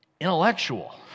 intellectual